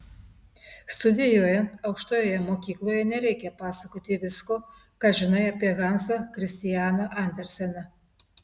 studijuojant aukštojoje mokykloje nereikia pasakoti visko ką žinai apie hansą kristianą anderseną